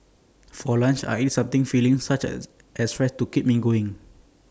for lunch I eat something filling such as as rice to keep me going